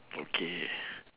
okay